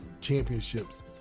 championships